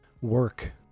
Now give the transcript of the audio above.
Work